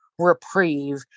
reprieve